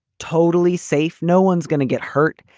totally safe. no one's gonna get hurt.